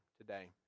today